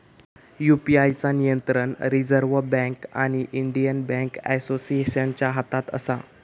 UPI चा नियंत्रण reserve bank आणि इंडियन बॅन्क असोसिएशनच्या हातात असा